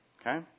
Okay